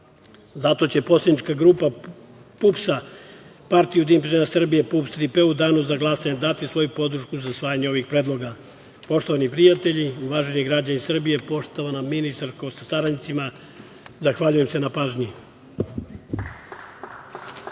će poslanička grupa PUPS-a Partija ujedinjenih penzionera Srbije, PUPS „Tri - P“ u danu za glasanje dati svoju podršku za usvajanje ovih predloga. Poštovani prijatelji, uvaženi građani Srbije, poštovana ministarko sa saradnicima, zahvaljujem se na pažnji.